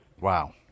Wow